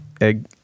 egg